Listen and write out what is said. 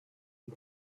and